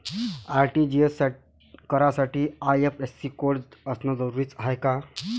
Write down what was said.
RTGS करासाठी IFSC code असनं जरुरीच हाय का?